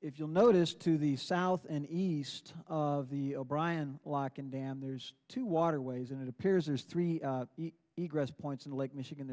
if you'll notice to the south and east of the o'brien lock and dam there's two waterways and it appears there's three egress points and lake michigan